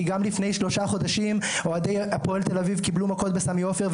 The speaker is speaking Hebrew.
כי גם לפני שלושה חודשים אוהדי הפועל תל אביב קיבלו מכות בסמי עופר,